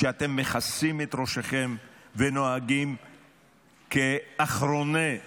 כשאתם מכסים את ראשיכם ונוהגים כאחרוני הברברים.